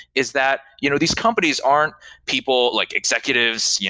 is that you know these companies aren't people, like executives, yeah